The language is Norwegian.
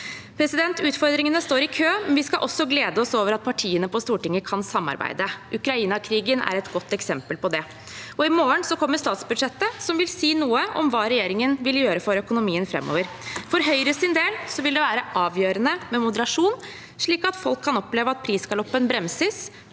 det. Utfordringene står i kø, men vi skal glede oss over at partiene på Stortinget kan samarbeide. Ukraina-krigen er et godt eksempel på det, og i morgen kommer statsbudsjettet, som vil si noe om hva regjeringen vil gjøre for økonomien framover. For Høyres del vil det være avgjørende med moderasjon, slik at folk kan oppleve at prisgaloppen bremses